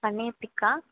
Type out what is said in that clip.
paneer tikka